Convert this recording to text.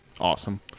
Awesome